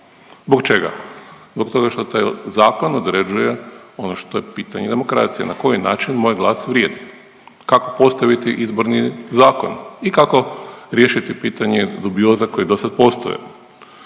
Zbog čega? Zbog toga što taj zakon određuje ono što je pitanje demokracije. Na koji način moj glas vrijedi, kako postaviti izborni zakon i kako riješiti pitanje dubioza koje dosad postoje.